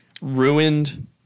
ruined